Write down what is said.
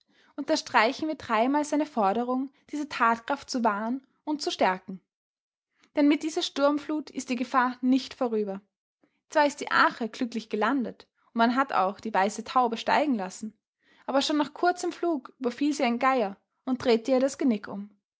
unterstreichen wir dreimal seine forderung diese tatkraft zu wahren und zu stärken denn mit dieser sturmflut ist die gefahr nicht vorüber zwar ist die arche glücklich gelandet und man hat auch die weiße taube steigen lassen aber schon nach kurzem flug überfiel sie ein geier und drehte ihr das genick um